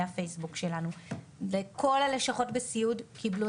בדף הפייסבוק שלנו וכל הלשכות בסיעוד קיבלו